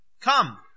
come